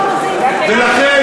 ולכן,